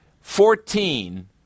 Fourteen